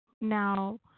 Now